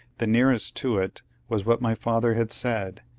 the nearest to it was what my father had said,